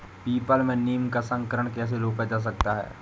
People में नीम का संकरण कैसे रोका जा सकता है?